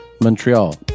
Montreal